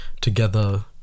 together